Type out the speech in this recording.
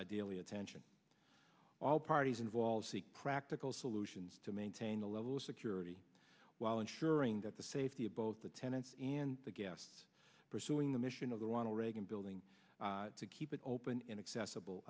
ideally attention all parties involved seek practical solutions to maintain a level of security while ensuring that the safety of both the tenants and the guests pursuing the mission of the ronald reagan building to keep it open inaccessible